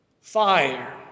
fire